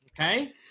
okay